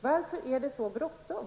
Varför är det så bråttom?